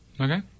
Okay